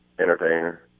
Entertainer